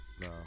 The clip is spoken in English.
No